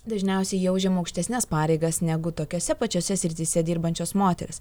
dažniausiai jie užima aukštesnes pareigas negu tokiose pačiose srityse dirbančios moterys